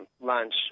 lunch